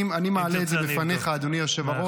אני מעלה את זה בפניך, אדוני היושב-ראש.